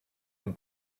and